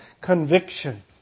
conviction